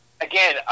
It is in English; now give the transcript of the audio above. Again